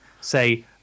say